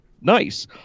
nice